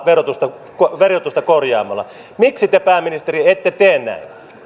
verotusta verotusta korjaamalla miksi te pääministeri ette tee näin